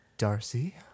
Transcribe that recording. Darcy